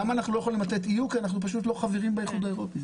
אנחנו לא יכולים לתת EU כי אנחנו לא חברים באיחוד האירופי.